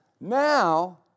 Now